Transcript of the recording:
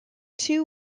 two